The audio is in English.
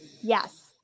yes